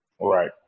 Right